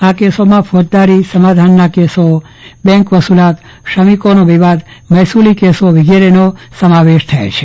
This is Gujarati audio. આ કેસોમાં ફોજદારી સમાધાનના કેસો બેંક વસલાત શ્રમિકોનો વિવાદ મહેસલી કેસો વિગેરે નો સમાવેશ થાય છે